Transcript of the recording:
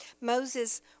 Moses